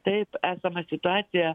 taip esamą situaciją